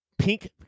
pink